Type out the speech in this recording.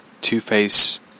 Two-Face